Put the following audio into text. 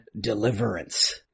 Deliverance